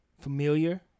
familiar